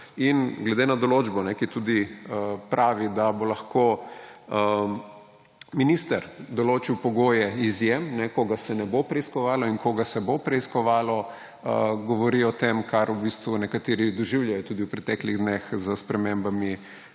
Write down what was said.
In glede na določbo, ki pravi, da bo lahko minister določil pogoje izjem, koga se ne bo preiskovalo in koga se bo preiskovalo, govori o tem, kar nekateri doživljajo tudi v preteklih dneh s spremembami